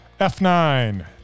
F9